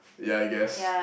yeah I guess